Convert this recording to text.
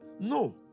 No